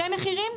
שני מחירים?